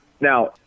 Now